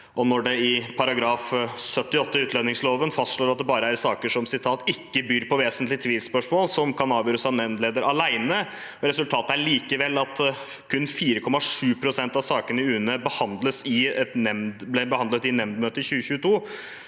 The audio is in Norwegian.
Når det i § 78 i utlendingsloven fastslås at det bare er saker som «ikke byr på vesentlige tvilsspørsmål» som kan avgjøres av nemndleder alene, og resultatet likevel er at kun 4,7 pst. av sakene i UNE ble behandlet i nemndmø